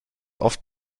oft